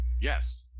Yes